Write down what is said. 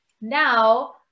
now